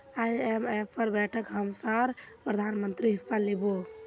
आईएमएफेर बैठकत हमसार प्रधानमंत्री हिस्सा लिबे